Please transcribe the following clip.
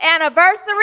anniversary